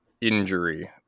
injury